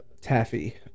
Taffy